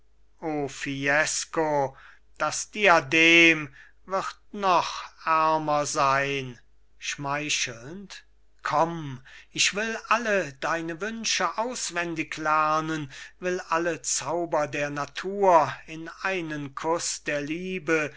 fiesco das diadem wird noch ärmer sein schmeichelnd komm ich will alle deine wünsche auswendig lernen will alle zauber der natur in einen kuß der liebe